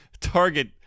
target